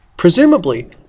Presumably